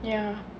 ya